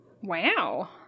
Wow